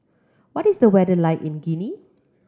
what is the weather like in Guinea